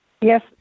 Yes